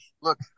Look